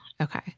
Okay